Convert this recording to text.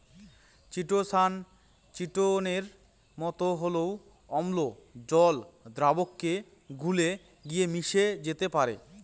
chitosan চিটোনের মতো হলেও অম্ল জল দ্রাবকে গুলে গিয়ে মিশে যেতে পারে